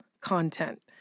content